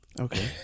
Okay